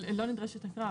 אבל לא נדרשת הקראה,